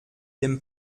dem